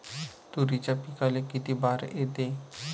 तुरीच्या पिकाले किती बार येते?